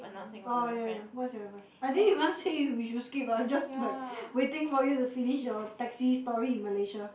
oh yeah yeah yeah what's your advice I didn't even say we should skip I'm just like waiting for you to finish your taxi story in Malaysia